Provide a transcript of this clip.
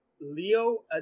Leo